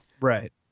Right